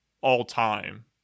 all-time